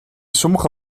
sommige